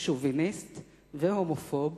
שוביניסט והומופוב.